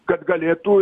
kad galėtų